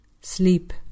Sleep